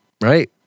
right